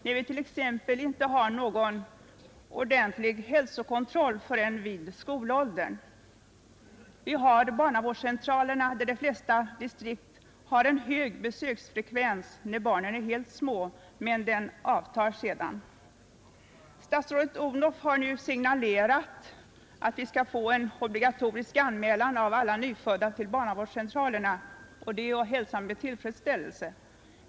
Vi har t.ex. inte någon ordentlig hälsokontroll för barnen förrän i skolåldern, Vi har barnavårdscentralerna, där de flesta distrikt redovisar hög besöksfrekvens när barnen är helt små, men den avtar sedan. Statsrådet Odhnoff har nu signalerat att det skall bli obligatoriskt att anmäla alla nyfödda till barnavårdscentralerna, och det är att hälsa med tillfredsställelse.